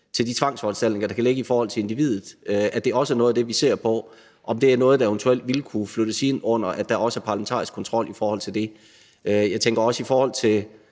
til de tvangsforanstaltninger, der er i forhold til individet, altså at det også er noget af det, vi ser på, og om det er noget, der eventuelt ville kunne flyttes ind under noget, så der også er parlamentarisk kontrol i forhold til det. Jeg tænker også i forhold til